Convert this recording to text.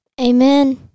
Amen